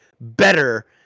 better